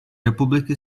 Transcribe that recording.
republiky